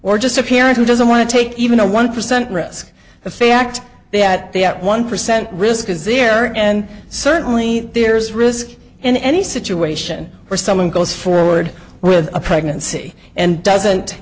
or just a parent who doesn't want to take even a one percent risk the fact that they at one percent risk is there and certainly there is risk in any situation where someone goes forward with a pregnancy and doesn't